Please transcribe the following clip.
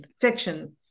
fiction